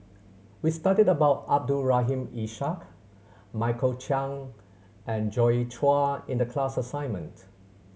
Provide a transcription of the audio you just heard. we studied about Abdul Rahim Ishak Michael Chiang and Joi Chua in the class assignment